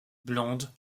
blonde